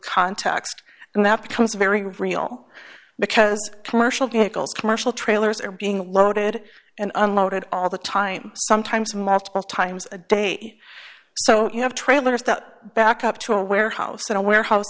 context and that becomes very real because commercial vehicles commercial trailers are being loaded and unloaded all the time sometimes multiple times a day so you have trailers that back up to a warehouse in a warehouse